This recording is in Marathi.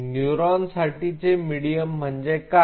न्यूरॉन साठीचे मिडीयम म्हणजे काय